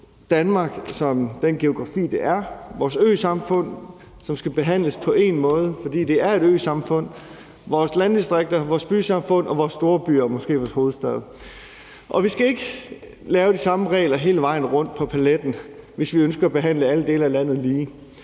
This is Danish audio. Danmark som den geografi, det har: Vores øsamfund skal behandles på én måde, fordi det er øsamfund, og så er der vores landdistrikter, vores bysamfund og vores store byer, måske vores hovedstad. Og vi skal ikke lave de samme regler hele vejen rundt på paletten, hvis vi ønsker at behandle alle dele af landet lige.